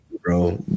Bro